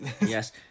Yes